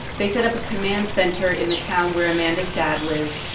they set up a command center in the town where amanda's dad lived.